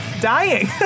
dying